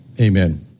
amen